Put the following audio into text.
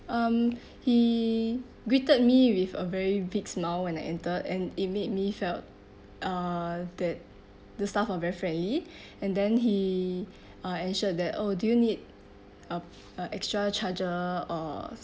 um he greeted me with a very big smile when I enter and it made me felt uh that the staff are very friendly and then he uh ensured that oh do you need uh uh extra charger or some